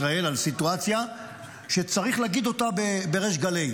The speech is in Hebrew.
על סיטואציה שצריך להגיד אותה בריש גלי: